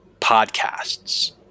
podcasts